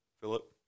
Philip